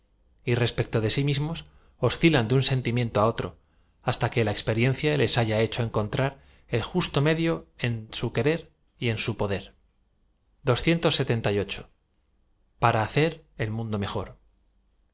y respecto de si mismos oscilan de un sentimiento á otroi hasta que la experiencia les haya hecho encontrar el justo medio en su querer y en su poder a ra hacer el mundo mejor